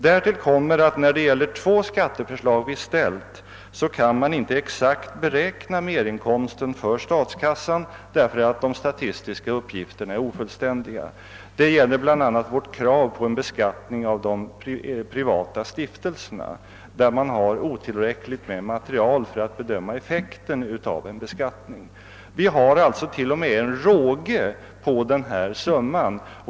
Därtill kommer att man när det gäller två av de skatteförslag som vi ställt inte exakt kan beräkna merinkomsten för statskassan därför att de statistiska uppgifterna är ofullständiga. Det gäller bl.a. vårt krav på en beskattning av de privata stiftelserna, där man saknar tillräckligt material för att bedöma effekten av en beskattning. Vi har alltså t.o.m. en råge på den här summan.